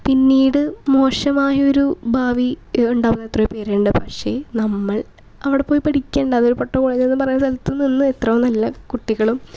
പിന്നീട് മോശമായൊരു ഭാവി ഉണ്ടാവുമത്രേ പേരെൻ്റിൻ്റെ ഭാഷയിൽ നമ്മൾ അവിടെ പോയി പഠിക്കണ്ട അതൊരു പൊട്ട കോളേജാണ് പറയുന്ന സ്ഥലത്തൊന്നും എത്തണമെന്നില്ല കുട്ടികളും